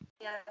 Yes